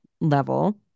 level